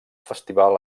festival